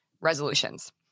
resolutions